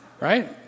right